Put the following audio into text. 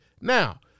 now